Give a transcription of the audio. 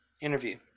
interview